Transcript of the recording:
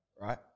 right